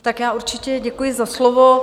Tak já určitě děkuji za slovo.